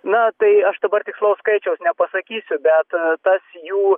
na tai aš dabar tikslaus skaičiaus nepasakysiu bet tas jų